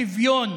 השוויון.